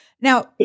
Now